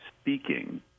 speaking